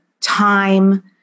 Time